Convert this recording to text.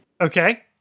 Okay